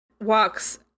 walks